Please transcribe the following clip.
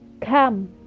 Come